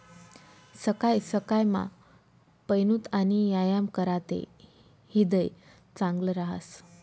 सकाय सकायमा पयनूत आणि यायाम कराते ह्रीदय चांगलं रहास